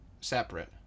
separate